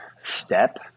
step